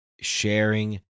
sharing